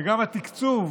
וגם התקצוב